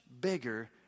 bigger